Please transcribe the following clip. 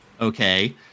okay